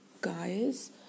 guys